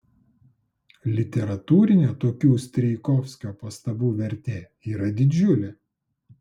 literatūrinė tokių strijkovskio pastabų vertė yra didžiulė